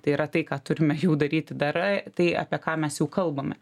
tai yra tai ką turime jau daryti darai tai apie ką mes jau kalbame